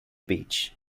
beach